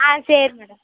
ஆ சரி மேடம்